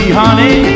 honey